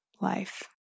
life